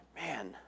man